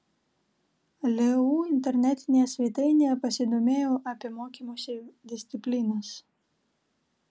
leu internetinėje svetainėje pasidomėjau apie mokymosi disciplinas